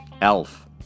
Elf